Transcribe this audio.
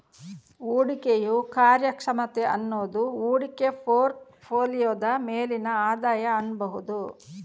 ಹೂಡಿಕೆಯ ಕಾರ್ಯಕ್ಷಮತೆ ಅನ್ನುದು ಹೂಡಿಕೆ ಪೋರ್ಟ್ ಫೋಲಿಯೋದ ಮೇಲಿನ ಆದಾಯ ಅನ್ಬಹುದು